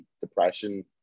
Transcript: depression